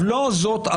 בואו לא נשכח